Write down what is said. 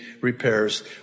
repairs